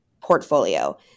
portfolio